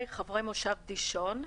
חברי מושב דישון.